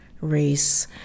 race